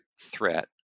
threat